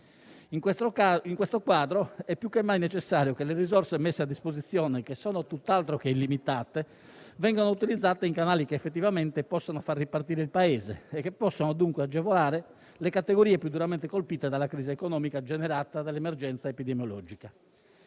In questo quadro, è più che mai necessario che le risorse messe a disposizione, che sono tutt'altro che illimitate, vengano utilizzate in canali che effettivamente possono far ripartire il Paese e che possono dunque agevolare le categorie più duramente colpite dalla crisi economica generata dall'emergenza epidemiologica.